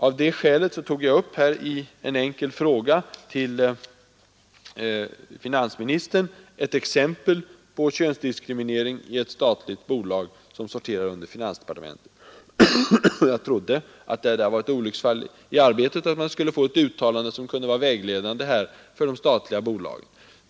Av detta skäl tog jag i en enkel fråga till finansministern upp ett exempel på könsdiskriminering i ett statligt bolag, som sorterar under finansdepartementet. Jag trodde att det var ett olycksfall i arbetet och att man skulle kunna få ett uttalande som var vägledande för statliga bolag.